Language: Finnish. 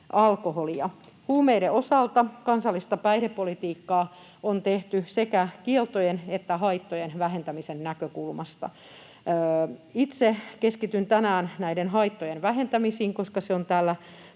alkoholia. Huumeiden osalta kansallista päihdepolitiikkaa on tehty sekä kieltojen että haittojen vähentämisen näkökulmasta. Itse keskityn tänään haittojen vähentämiseen, koska se on